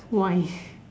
why